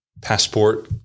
passport